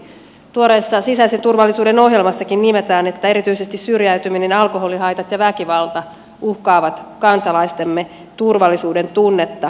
tuoreessa sisäisen turvallisuuden ohjelmassakin nimetään että erityisesti syrjäytyminen alkoholihaitat ja väkivalta uhkaavat kansalaistemme turvallisuudentunnetta